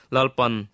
Lalpan